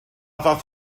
fath